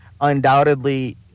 undoubtedly